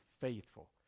faithful